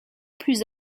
plus